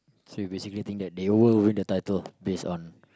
so you basically think that they will win the title based on